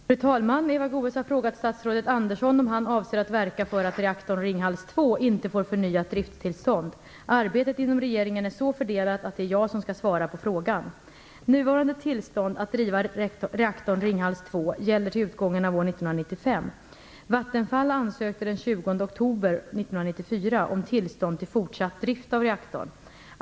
Fru talman! Eva Goës har frågat statsrådet Andersson om han avser att verka för att reaktorn Ringhals 2 inte får förnyat driftstillstånd. Arbetet inom regeringen är så fördelat att det är jag som skall svara på frågan. gäller till utgången av år 1995. Vattenfall AB ansökte den 20 oktober 1994 om tillstånd till fortsatt drift av reaktorn.